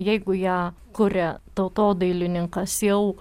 jeigu ją kuria tautodailininkas jau